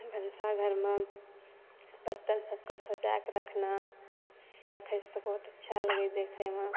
भनसाघरमे बर्तन सबके सजाकऽ रखनाइ राखैसँ बहुत अच्छा लगैए देखैमे